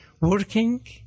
working